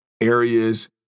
areas